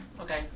Okay